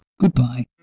Goodbye